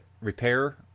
repair